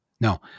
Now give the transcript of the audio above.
No